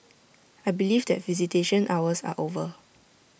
I believe that visitation hours are over